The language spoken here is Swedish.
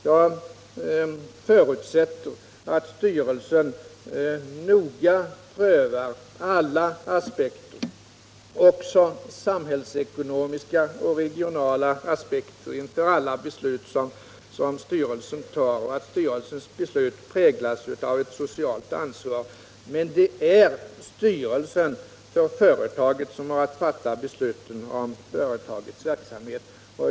Jag förutsätter att styrelsen noga pröva alla aspekter, också samhällsekonomiska och regionala, inför varje beslut som den tar, och att besluten präglas av ett socialt ansvar. Men det är styrelsen för företaget som har att fatta besluten om företagets verksamhet.